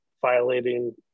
violating